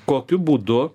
kokiu būdu